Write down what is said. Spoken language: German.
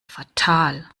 fatal